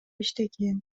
иштеген